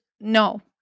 No